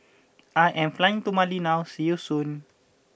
I am flying to Mali now see you soon